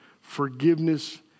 forgiveness